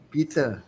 Peter